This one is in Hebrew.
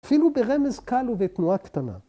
‫אפילו ברמז קל ובתנועה קטנה.